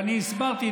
ואני הסברתי,